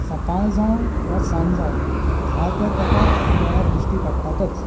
सकाळ जावं वा सांज जावं धा तर एका वेळार दिश्टी पडटातच